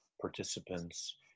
participants